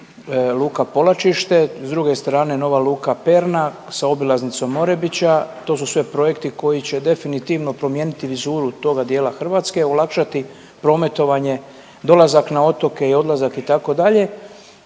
luka Polačište, s druge strane nova luka Perna sa obilaznicom Orebića, to su sve projekti koji će definitivno promijeniti vizuru toga dijela Hrvatske, olakšati prometovanje, dolazak na otoke i odlazak itd.